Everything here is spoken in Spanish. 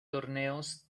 torneos